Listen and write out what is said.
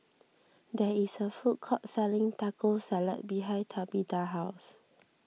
there is a food court selling Taco Salad behind Tabitha's house